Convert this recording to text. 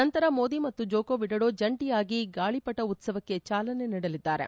ನಂತರ ಮೋದಿ ಮತ್ತು ಜೋಕೋವಿಡೋಡೋ ಜಂಟಿಯಾಗಿ ಗಾಳಪಟ ಉತ್ತವಕ್ಕೆ ಚಾಲನೆ ನೀಡಲಿದ್ದಾರೆ